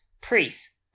priests